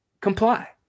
comply